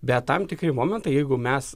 bet tam tikri momentai jeigu mes